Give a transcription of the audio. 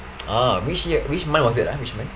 ah which year which month was that ah which month